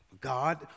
God